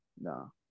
no